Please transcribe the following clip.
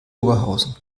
oberhausen